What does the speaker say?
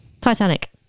Titanic